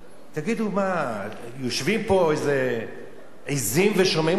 תגידו, מה, יושבים פה איזה עזים ושומעים אתכם?